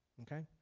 okay?